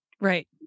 Right